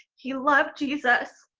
he loved jesus.